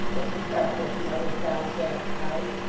looking sharply at the other's downcast eyes,